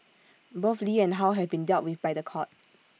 both lee and how have been dealt with by The Court